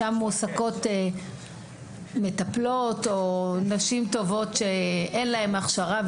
שם מועסקות מטפלות או נשים טובות שאין להן הכשרה.